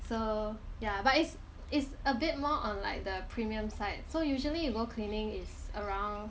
so yeah but it's it's a bit more on like the premium side so usually you go cleaning is around